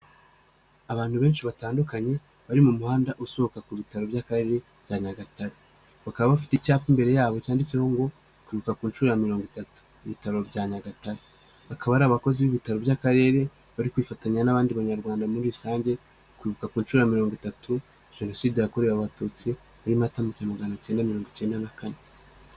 Abantu benshi batandukanye bari mu muhanda usohoka ku bitaro by'Akarere bya Nyagatare. Bakaba bafite icyapa imbere yabo, cyanditseho ngo kwibuka ku nshuro ya mirongo itatu, ibitaro bya Nyagatare. Bakaba ari abakozi b'ibitaro by'Akarere bari kwifatanya n'abandi banyarwanda muri rusange, kwibuka ku nshuro ya mirongo itatu Jenoside yakorewe Abatutsi muri Mata mu cya magana kenda mirongo ikenda na kane.